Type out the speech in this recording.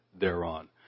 thereon